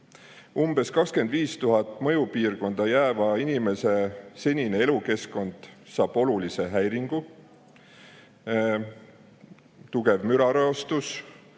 Umbes 25 000 mõjupiirkonda jääva inimese senine elukeskkond saab oluliselt häiritud. Tugev mürareostus,